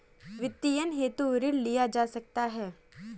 वित्तीयन हेतु ऋण लिया जा सकता है